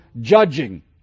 judging